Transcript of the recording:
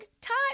time